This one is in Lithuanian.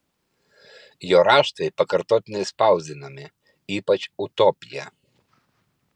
jo raštai pakartotinai spausdinami ypač utopija